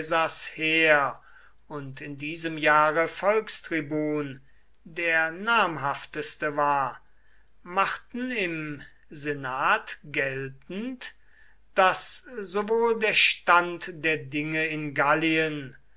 heer und in diesem jahre volkstribun der namhafteste war machten im senat geltend daß sowohl der stand der dinge in gallien